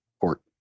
court